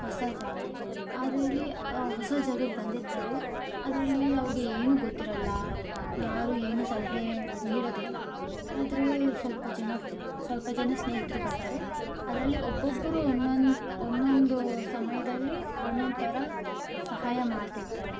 ಹೊಸ ಜಾಗ ಆದರೆ ಇಲ್ಲಿ ಆ ಹೊಸ ಜಾಗಕ್ಕೆ ಬಂದಿರ್ತಾರೆ ಅದರಲ್ಲಿ ಅವ್ರಿಗೆ ಏನು ಗೊತ್ತಿರಲ್ಲ ಯಾರು ಏನು ಸಲಹೆ ನೀಡೋದಿಲ್ಲ ಆದ್ರೆ ಸ್ವಲ್ಪ ಜನ ಸ್ವಲ್ಪ ಜನ ಸ್ನೇಹಿತರು ಬರ್ತಾರೆ ಅದರಲ್ಲಿ ಒಬ್ಬೊಬ್ಬರು ಒಂದೊಂದು ಒಂದೊಂದು ಸಮಯದಲ್ಲಿ ಒಂದೊಂದು ಥರ ಸಹಾಯ ಮಾಡ್ತಿರ್ತಾರೆ